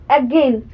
again